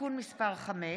(תיקון מס' 5),